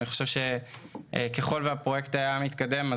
ככול והפרויקט היה מתקדם,